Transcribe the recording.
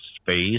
space